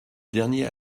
dernier